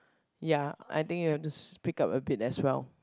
ya I think you have to speak up a bit as well